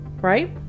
right